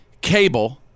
cable